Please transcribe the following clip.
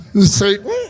Satan